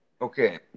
Okay